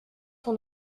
son